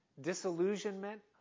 disillusionment